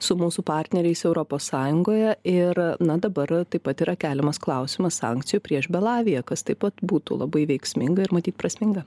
su mūsų partneriais europos sąjungoje ir na dabar taip pat yra keliamas klausimas sankcijų prieš belaviją kas taip pat būtų labai veiksminga ir matyt prasminga